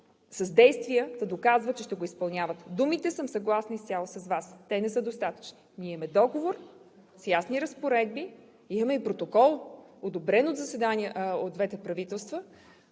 с действия да се доказва, че ще го изпълняват. Думите – съгласна съм изцяло с Вас – не са достатъчни, ние имаме Договор с ясни разпоредби, имаме и протокол, одобрен от двете правителства,